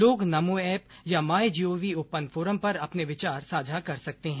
लोग नमो एप या my gov open forum पर अपने विचार साझा कर सकते हैं